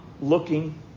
looking